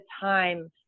time